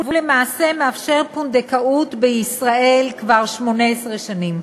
ולמעשה הוא מאפשר פונדקאות בישראל כבר 18 שנים.